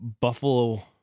Buffalo